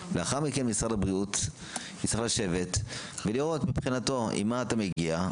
לאחר מכן משרד הבריאות יצטרך לשבת ולראות עם מה מגיעים,